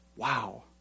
Wow